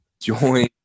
Join